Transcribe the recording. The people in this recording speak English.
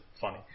funny